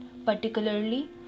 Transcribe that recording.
particularly